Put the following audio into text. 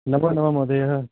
नमो नमः महोदयः